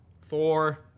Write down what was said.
Four